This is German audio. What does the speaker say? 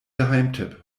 geheimtipp